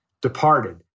departed